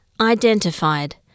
identified